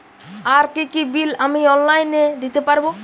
আর কি কি বিল আমি অনলাইনে দিতে পারবো?